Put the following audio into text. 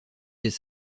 des